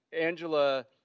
Angela